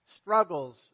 struggles